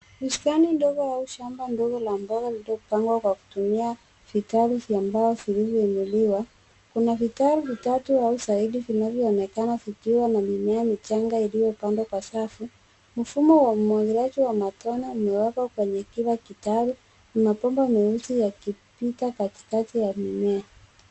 Shamba dogo au bustani ndogo, ndogo yenye mbolea, ndogo iliyopangwa kwa kutumia fitaru. Haipandwi kwa nguvu sana, mwili wa mimea haukandamwi. Kuna fitaru tatu au zaidi zinazotumika, ambazo huwekwa kwa njia ya mistari, zikiwa zimepangwa kando kando kwa mpangilio maalum. Mfumo wa kazi ya mikono unatumika; mimea inafukuzwa kwa kutumia fitaru, ikipandikizwa kwenye udongo ili kupandikiza mbegu za mboga ndogo au mimea mingine.